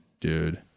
dude